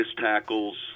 tackles